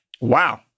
Wow